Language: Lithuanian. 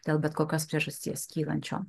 dėl bet kokios priežasties kylančiom